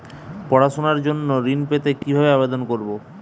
পড়াশুনা জন্য ঋণ পেতে কিভাবে আবেদন করব?